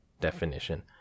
Definition